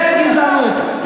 זה גזענות,